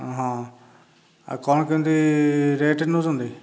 ହଁ ଆଉ କ'ଣ କେମିତି ରେଟ୍ ନେଉଛନ୍ତି